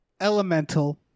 Elemental